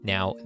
Now